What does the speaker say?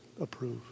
approve